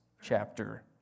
chapter